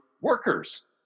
workers